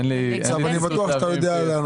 אבל אני בטוח שאתה יודע.